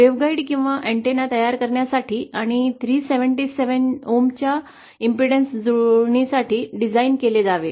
waveguide किंवा antenna तयार करण्यासाठी आणि 377 Ω च्या प्रतिबाधा जुळण्यासाठी डिझाइन केले जावे